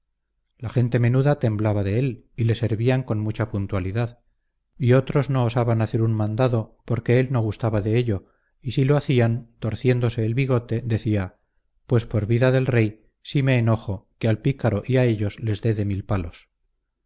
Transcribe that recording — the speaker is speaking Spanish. la gente menuda temblaba de él y le servían con mucha puntualidad y otros no osaban hacer un mandado porque él no gustaba de ello y si lo hacían torciéndose el bigote decía pues por vida del rey si me enojo que al pícaro y a ellos les de mil palos